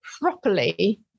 properly